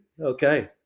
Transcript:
okay